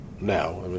now